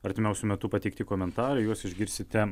artimiausiu metu pateikti komentarai juos išgirsite